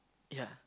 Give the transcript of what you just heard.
ya